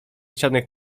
ściany